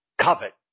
Covet